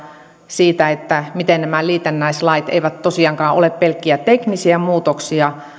siitä miten nämä liitännäislait eivät tosiaankaan ole pelkkiä teknisiä muutoksia